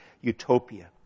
utopia